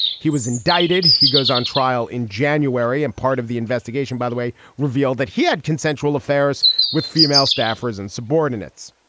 he was indicted. he goes on trial in january and part of the investigation by the way revealed that he had consensual affairs with female staffers and subordinates.